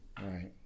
right